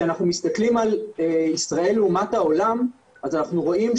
כשאנחנו מסתכלים על הגילאים של החקלאים אז אנחנו גם מכירים את זה,